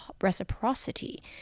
reciprocity